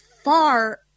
far